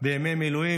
בימי מילואים,